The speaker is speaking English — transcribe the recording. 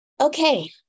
Okay